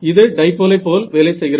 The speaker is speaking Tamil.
இது டைபோலைப் போல் வேலை செய்கிறது